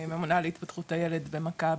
אני ממונה על התפתחות הילד ב'מכבי'.